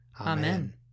Amen